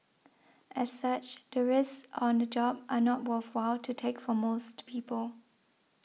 as such the risks on the job are not worthwhile to take for most people